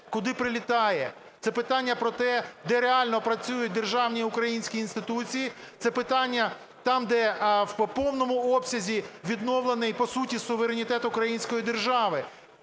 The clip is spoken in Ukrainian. куди прилітає. Це питання про те, де реально працюють державні українські інституції, це питання там, де в повному обсязі відновлений по суті суверенітет української держави,